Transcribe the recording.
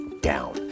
down